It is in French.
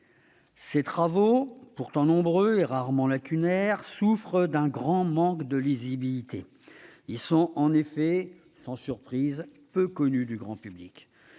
Ses travaux, pourtant nombreux et rarement lacunaires, souffrent d'un grand manque de visibilité. Sans surprise, ils sont peu connus du grand public,